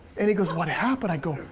and he goes, what happened? i go,